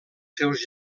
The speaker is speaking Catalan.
seus